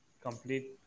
complete